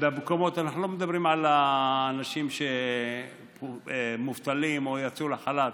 אנחנו לא מדברים על אנשים מובטלים או שיצאו לחל"ת,